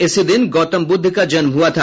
इसी दिन गौतम बुद्ध का जन्म हुआ था